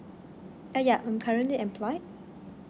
uh yeah I'm currently employed